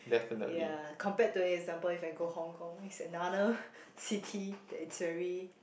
ya compared to example if I go Hong-Kong it's another city that is very